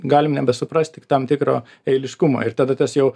galim nebesuprast tik tam tikro eiliškumo ir tada tas jau